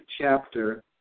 chapter